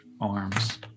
arms